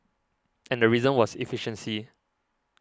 and the reason was efficiency